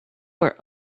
were